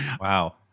Wow